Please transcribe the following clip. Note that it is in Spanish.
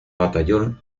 batallón